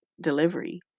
delivery